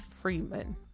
Freeman